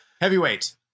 Heavyweight